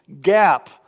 gap